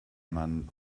man